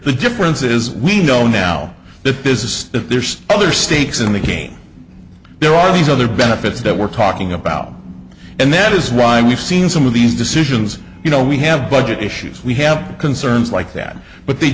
the difference is we know now that this is that there's other stakes in the game there are these other benefits that we're talking about and that is why we've seen some of these decisions you know we have budget issues we have concerns like that but they